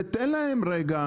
תיתן להם רגע.